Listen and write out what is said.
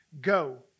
go